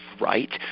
right